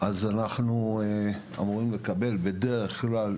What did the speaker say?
אז אנחנו אמורים לקבל, כמו בדרך כלל,